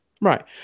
Right